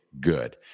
good